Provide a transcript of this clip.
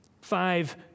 Five